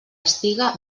estiga